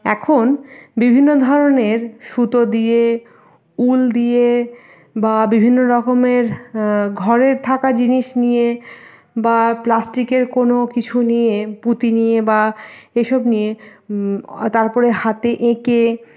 এখন বিভিন্ন ধরনের সুতো দিয়ে উল দিয়ে বা বিভিন্নরকমের ঘরের থাকা জিনিস নিয়ে বা প্লাস্টিকের কোনো কিছু নিয়ে পুঁতি নিয়ে বা এসব নিয়ে তারপরে হাতে এঁকে